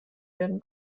werden